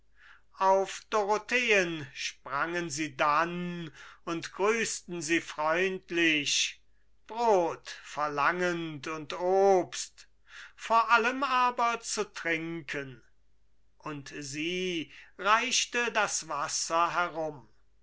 auf dorotheen sprangen sie dann und grüßten sie freundlich brot verlangend und obst vor allem aber zu trinken und sie reichte das wasser herum